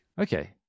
Okay